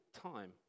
time